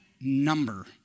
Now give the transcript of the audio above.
number